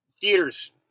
theaters